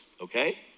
okay